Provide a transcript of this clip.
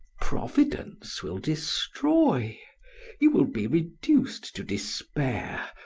providence will destroy you will be reduced to despair,